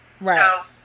Right